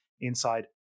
inside